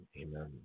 Amen